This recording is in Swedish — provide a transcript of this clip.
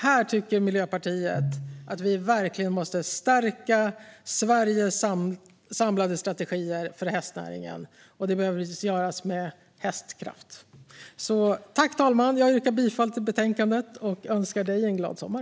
Här tycker Miljöpartiet att vi verkligen måste stärka Sveriges samlade strategier för hästnäringen. Det behöver göras med hästkraft. Fru talman! Jag yrkar bifall till utskottets förslag i betänkandet och önskar dig en glad sommar!